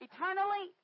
Eternally